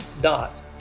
dot